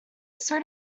sort